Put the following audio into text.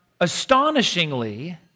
astonishingly